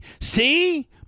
see